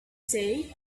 say